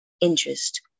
interest